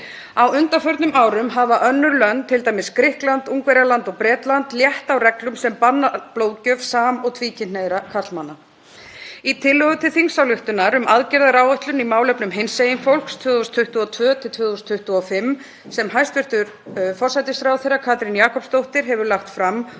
Á undanförnum árum hafa önnur lönd, t.d. Grikkland, Ungverjaland og Bretland, létt á reglum sem banna blóðgjöf sam- og tvíkynhneigðra karlmanna. Í tillögu til þingsályktunar um aðgerðaáætlun í málefnum hinsegin fólks 2022–2025, sem hæstv. forsætisráðherra Katrín Jakobsdóttir hefur lagt fram og